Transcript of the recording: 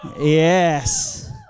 Yes